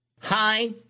Hi